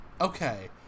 Okay